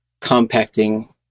compacting